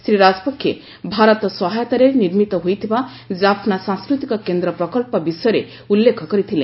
ଶ୍ରୀ ରାଜପକ୍ଷେ ଭାରତ ସହାୟତାରେ ନିର୍ମିତ ହୋଇଥିବା କ୍ଷାଫ୍ନା ସାଂସ୍କୃତିକ କେନ୍ଦ୍ର ପ୍ରକଳ୍ପ ବିଷୟରେ ଉଲ୍ଲ୍ଖେ କରିଥିଲେ